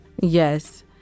Yes